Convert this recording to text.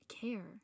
care